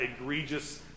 egregious